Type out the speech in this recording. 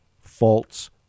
False